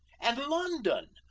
and london!